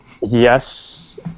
Yes